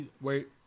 wait